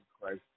Christ